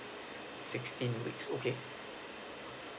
sixteen weeks okay